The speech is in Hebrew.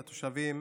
לתושבים.